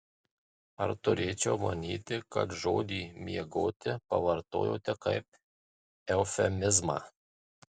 ar turėčiau manyti kad žodį miegoti pavartojote kaip eufemizmą